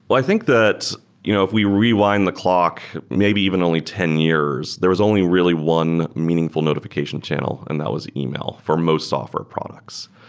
but i think that you know if we rewind the clock maybe even only ten years, there was only really one meaningful notifi cation channel, and that was email for most software products.